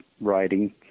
writing